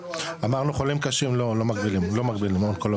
אמרנו חולים קשים לא, לא מגבלים, לא אונקולוגים.